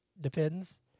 Depends